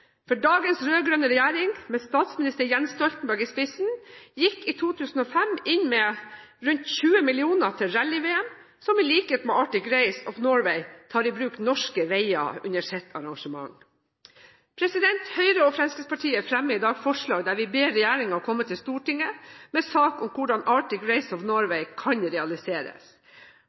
ikke. Dagens rød-grønne regjering, med statsminister Jens Stoltenberg i spissen, gikk i 2005 inn med rundt 20 mill. kr til rally-VM, som i likhet med Arctic Race of Norway tar i bruk norske veier under sitt arrangement. Høyre og Fremskrittspartiet fremmer i dag et forslag der vi ber regjeringen komme til Stortinget med en sak om hvordan Arctic Race of Norway kan realiseres.